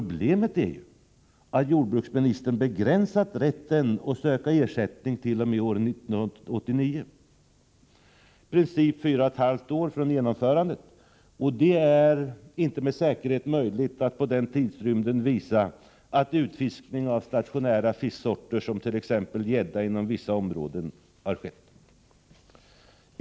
Problemet är att jordbruksministern har begränsat rätten att söka ersättning t.o.m. år 1989 —i princip fyra och ett halvt år från genomförandet. På den tidrymden är det inte med säkerhet möjligt att visa att utfiskning av stationära fisksorter, såsom gädda, har skett inom vissa områden.